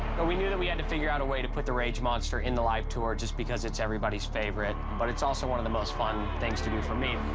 but we knew that we had and to figure out a way to put the rage monster in the live tour just because it's everybody's favorite. but it's also one of the most fun things to do for me.